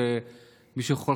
שמישהו יכול,